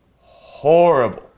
horrible